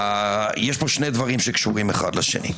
יש פה שי דברים שקשורים אחד בשני.